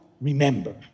Remember